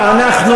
שרת המשפטים,